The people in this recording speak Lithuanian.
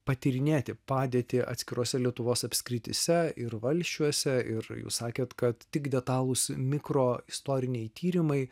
patyrinėti padėtį atskirose lietuvos apskrityse ir valsčiuose ir jūs sakėte kad tik detalūs mikro istoriniai tyrimai